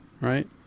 Right